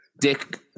dick